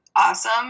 awesome